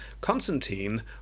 Constantine